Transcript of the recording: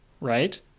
right